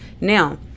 Now